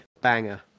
banger